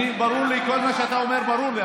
כל מה שאתה אומר ברור לי,